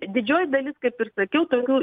didžioji dalis kaip ir sakiau tokių